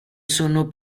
sono